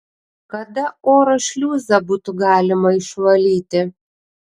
kada oro šliuzą būtų galima išvalyti